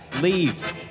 leaves